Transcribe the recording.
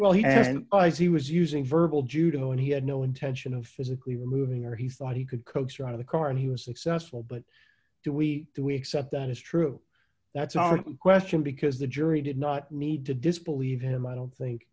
say he was using verbal judo and he had no intention of physically removing her he thought he could coax her out of the car and he was successful but do we do we accept that is true that's our question because the jury did not need to disbelieve him i don't think